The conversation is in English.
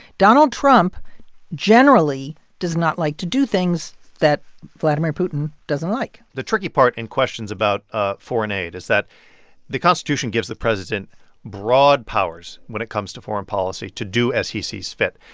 donald trump generally does not like to do things that vladimir putin doesn't like the tricky part in questions about ah foreign aid is that the constitution gives the president broad powers, when it comes to foreign policy, to do as he sees fit.